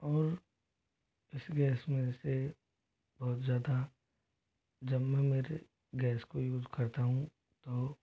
और इस गैस में से बहुत ज़्यादा जब मैं मेरे गैस को यूज करता हूँ तो